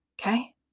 Okay